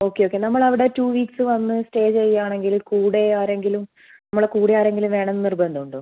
okay okay നമ്മൾ അവിടെ two weeks വന്ന് സ്റ്റേ ചെയ്യുകയാണെങ്കിൽ കൂടെ ആരെങ്കിലും നമ്മളെ കൂടെ ആരെങ്കിലും വേണം എന്ന് നിർബന്ധം ഉണ്ടോ